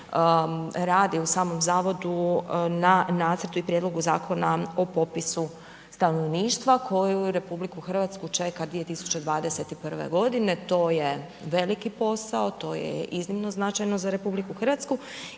radi u samom Zavodu na Nacrtu i prijedlogu Zakona o popisu stanovništva koji RH čeka 2021. godine. To je veliki posao, to je iznimno značajno za RH i moram